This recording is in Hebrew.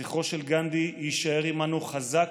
זכרו של גנדי יישאר עימנו חזק,